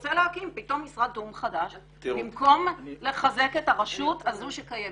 ורוצה להקים פתאום משרד תיאום חדש במקום לחזק את הרשות הזו שקיימת.